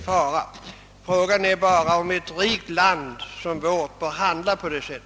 Frågan är bara om ett rikt land som vårt kan handla på detta sätt.